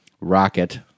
rocket